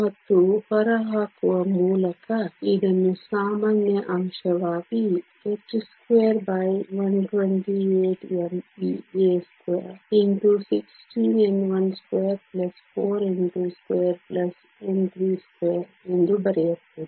ಮತ್ತು ಹೊರಹಾಕುವ ಮೂಲಕ ಇದನ್ನು ಸಾಮಾನ್ಯ ಅಂಶವಾಗಿ h2128mea216n124n22n32 ಎಂದು ಬರೆಯಬಹುದು